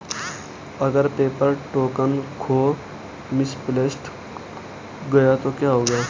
अगर paper token खो misplaced गया तो क्या होगा?